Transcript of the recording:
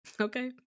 Okay